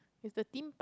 is a theme